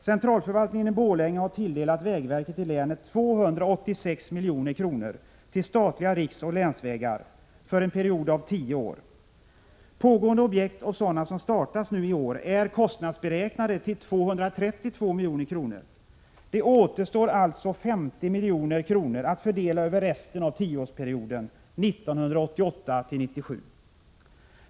Centralförvaltningen i Borlänge har tilldelat vägverket i länet 286 milj.kr. till statliga riksoch länsvägar för en period av tio år. Pågående objekt och sådana som startas nu i år är kostnadsberäknade till 232 milj.kr. Det återstår alltså ca 50 milj.kr. att fördela över resten av tioårsperioden 1988-1997.